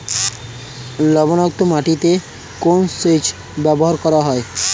লবণাক্ত মাটিতে কোন সেচ ব্যবহার করা হয়?